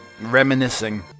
Reminiscing